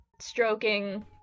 stroking